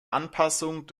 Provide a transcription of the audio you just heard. anpassung